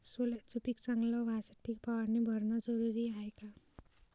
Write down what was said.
सोल्याचं पिक चांगलं व्हासाठी फवारणी भरनं जरुरी हाये का?